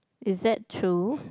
is that true